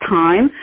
time